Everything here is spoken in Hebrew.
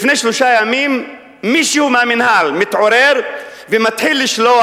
לפני שלושה ימים מישהו מהמינהל מתעורר ומתחיל לשלוח